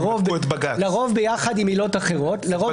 לרוב ביחד עם עילות אחרות.